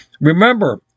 Remember